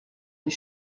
les